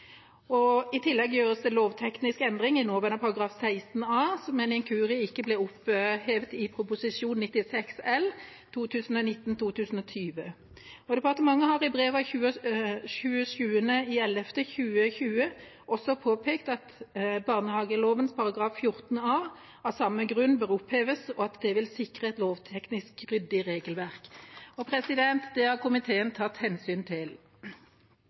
I tillegg gjøres det lovtekniske endringer i nåværende paragraf 16 a, som ved en inkurie ikke ble opphevet i Prop. 96 L for 2019–2020. Departementet har i brev av 27. november 2020 påpekt at barnehageloven § 14 a av samme grunn bør oppheves, og at det vil sikre et lovteknisk ryddig regelverk. Det har komiteen tatt hensyn til.